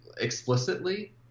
explicitly